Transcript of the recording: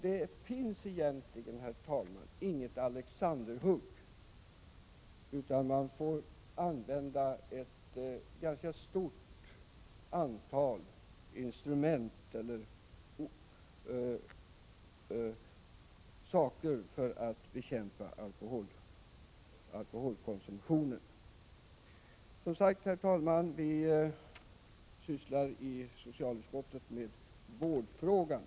Det finns, herr talman, egentligen inte något Alexanderhugg, utan man får använda ett ganska stort antal instrument och tillvägagångssätt för att bekämpa alkoholkonsumtionen. Som jag redan sagt sysslar vi i socialutskottet med vårdfrågan.